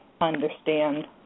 understand